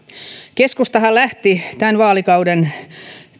keskustahan lähti tämän vaalikauden